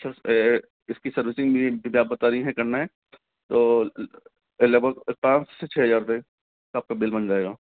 इसकी सर्विसिंग भी जैसे आप बता रही हैं करना है तो लगभग पाँच से छः हजार रुपये का आपका बिल बन जाएगा